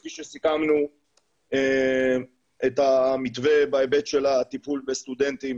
כפי שסיכמנו את המתווה בהיבט של הטיפול בסטודנטים